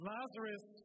Lazarus